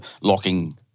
locking